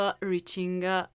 reaching